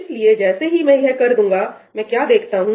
इसलिए जैसे ही मैं यह कर दूंगा मैं क्या देखता हूं